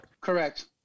Correct